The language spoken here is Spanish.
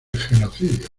genocidio